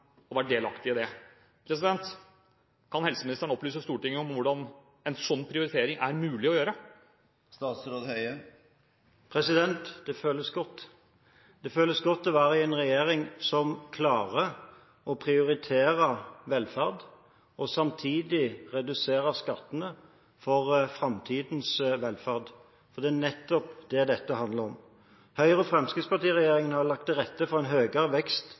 og være delaktig i det. Kan helseministeren opplyse Stortinget om hvordan en sånn prioritering er mulig å gjøre? Det føles godt. Det føles godt å være i en regjering som klarer å prioritere velferd og samtidig redusere skattene for framtidens velferd. For det er nettopp det dette handler om. Høyre–Fremskrittsparti-regjeringen har i våre to første budsjetter lagt til rette for en høyere vekst